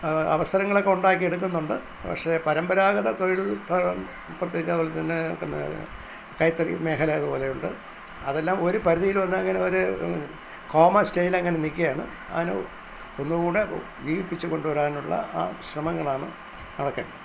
അവസരങ്ങളൊക്കെ ഉണ്ടാക്കി എടുക്കുന്നുണ്ട് പക്ഷെ പരമ്പരാഗത തൊഴിൽ പ്രത്യേകിച്ച് അതുപോലെതന്നെ പിന്നെ കൈത്തറി മേഖല അതുപോലെയുണ്ട് അതെല്ലാം ഒരു പരിധിയിൽ വന്ന് അങ്ങനെ ഒരു കോമ സ്റ്റേജിലങ്ങനെ നയിക്കുകയാണ് അതിനു ഒന്നുകൂടി ജീവിപ്പിച്ചു കൊണ്ടു വരാനുള്ള ആ ശ്രമങ്ങളാണ് അതൊക്കെ